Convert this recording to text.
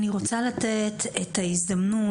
אני רוצה אולי לתת את ההזדמנות,